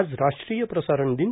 आज राष्ट्रीय प्रसारण दिन